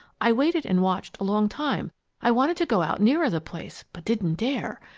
i waited and watched a long time i wanted to go out nearer the place but didn't dare.